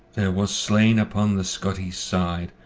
was slain upon the scottes side,